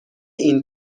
این